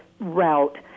route